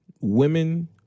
women